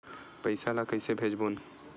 पईसा ला कइसे भेजबोन?